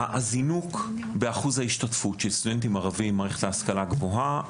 הזינוק באחוז ההשתתפות של סטודנטים ערבים במערכת ההשכלה הגבוהה,